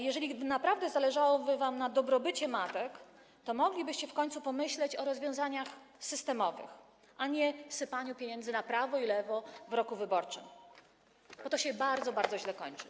Jeżeli naprawdę zależy wam na dobrobycie matek, to moglibyście w końcu pomyśleć o rozwiązaniach systemowych, a nie o sypaniu pieniędzmi na prawo i lewo w roku wyborczym, bo to się bardzo, bardzo źle skończy.